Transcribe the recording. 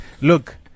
Look